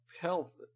health